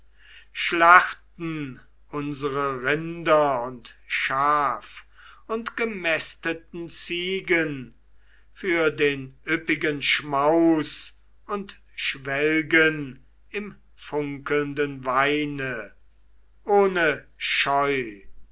schlachten unsere rinder und schaf und gemästeten ziegen für den üppigen schmaus und schwelgen im funkelnden weine ohne scheu